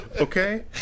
Okay